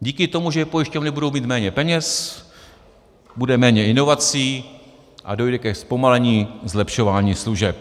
Díky tomu, že pojišťovny budou mít méně peněz, bude méně inovací a dojde ke zpomalení zlepšování služeb.